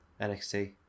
NXT